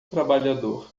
trabalhador